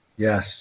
Yes